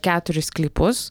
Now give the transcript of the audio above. keturis sklypus